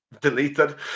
deleted